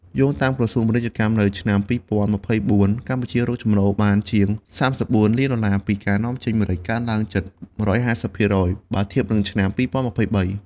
យោងតាមក្រសួងពាណិជ្ជកម្ម នៅឆ្នាំ ២០២៤ កម្ពុជារកចំណូលបានជាង ៣៤ លានដុល្លារ ពីការនាំចេញម្រេច កើនឡើងជិត ១៥០% បើធៀបនឹងឆ្នាំ ២០២៣។